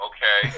Okay